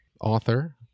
author